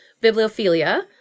Bibliophilia